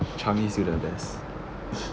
changi still the best